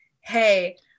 hey